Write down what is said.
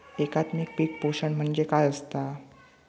एकात्मिक पीक पोषण म्हणजे काय असतां?